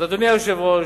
אדוני היושב-ראש,